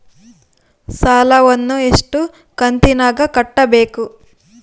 ಸಾಲವನ್ನ ಎಷ್ಟು ಕಂತಿನಾಗ ಕಟ್ಟಬೇಕು?